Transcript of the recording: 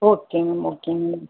okay ma'am okay ma'am